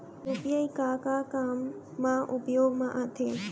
UPI का का काम मा उपयोग मा आथे?